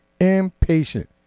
Impatient